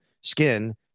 skin